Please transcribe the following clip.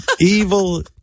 Evil